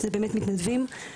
היא מתנדבים.